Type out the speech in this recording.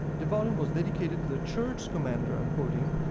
the volume was dedicated to the church commander, i'm quoting.